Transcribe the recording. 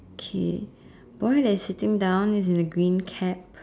kay boy that is sitting down is in a green cap